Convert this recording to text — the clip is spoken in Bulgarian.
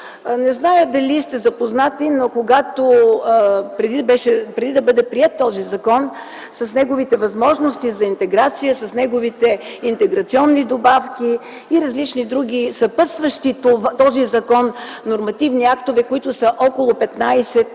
Не зная дали сте запознати, но преди да бъде приет този закон с неговите възможности за интеграция, с неговите интеграционни добавки и различни други, съпътстващи този закон, нормативни актове, които са около 15,